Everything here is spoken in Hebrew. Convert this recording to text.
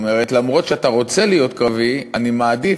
אומר: אף שאתה רוצה להיות קרבי אני מעדיף,